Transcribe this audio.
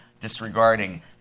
disregarding